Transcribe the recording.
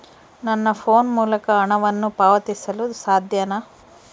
ನನ್ನ ಫೋನ್ ಮೂಲಕ ಹಣವನ್ನು ಪಾವತಿಸಲು ಸಾಧ್ಯನಾ?